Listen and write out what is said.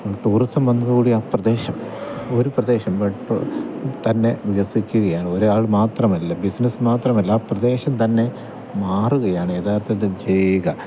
tourism വന്നതോടെ ആ പ്രദേശം ഒരുപ്രദേശം മൊത്തം തന്നെ വികസിക്കുകയാണ് ഒരാൾ മാത്രമല്ല ബിസിനെസ്സ് മാത്രമല്ല ആ പ്രദേശം തന്നെ മാറുകയാണ് യഥാർത്ഥത്തിൽ ചെയ്യുക